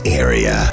area